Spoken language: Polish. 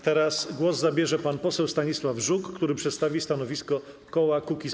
Teraz głos zabierze pan poseł Stanisław Żuk, który przedstawi stanowisko koła Kukiz’15.